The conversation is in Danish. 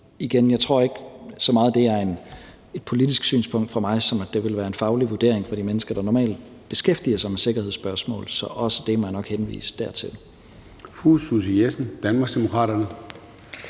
det handler så meget om et politisk synspunkt fra min side, men mere om, at det vil være en faglig vurdering fra de mennesker, der normalt beskæftiger sig med sikkerhedsspørgsmål. Så også det må jeg nok henvise til det. Kl. 14:55 Formanden (Søren